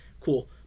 Cool